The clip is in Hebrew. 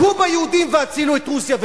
הכו ביהודים והצילו את רוסיה.